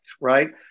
right